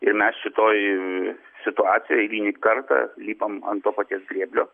ir mes šitoj situacijoj eilinį kartą lipam ant to paties grėblio